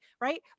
right